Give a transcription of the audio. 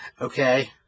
Okay